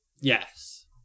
Yes